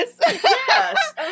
Yes